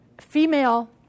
female